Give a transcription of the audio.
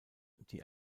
die